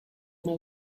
know